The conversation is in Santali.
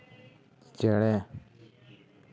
ᱪᱮᱬᱮ